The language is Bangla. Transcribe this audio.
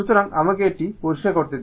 সুতরাং আমাকে এটি পরিষ্কার করতে দিন